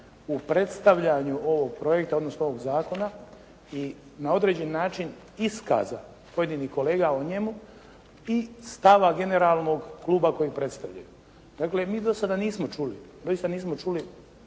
u predstavljanju ovog projekta, odnosno ovog zakona i na određeni način iskaza pojedinih kolega o njemu i stava generalnog kluba kojeg predstavljaju. Dakle, mi do sada nismo čuli, doista nismo čuli